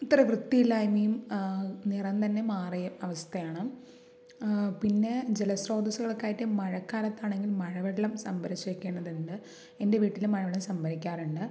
ഇത്ര വൃത്തിയില്ലായ്മയും നിറം തന്നെ മാറിയ അവസ്ഥയാണ് പിന്നെ ജല സ്രോതസ്സുകളൊക്കെ ആയിട്ട് മഴക്കാലത്താണെങ്കിൽ മഴവെള്ളം സംഭരിച്ച് വയ്ക്കേണ്ടത് ഉണ്ട് എൻ്റെ വീട്ടിൽ മഴവെള്ളം സംഭരിക്കാറുണ്ട്